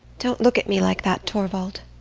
don't look at me like that, torvald.